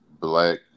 Black